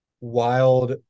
wild